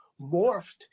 morphed